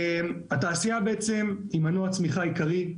התעשייה היא מנוע צמיחה עיקרי,